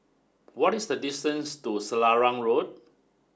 what is the distance to Selarang Road